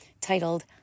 titled